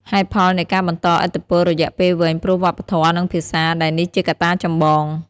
ហេតុផលនៃការបន្តឥទ្ធិពលរយៈពេលវែងព្រោះវប្បធម៌ និងភាសា ដែលនេះជាកត្តាចម្បង។